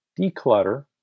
declutter